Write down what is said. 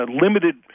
limited